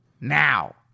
now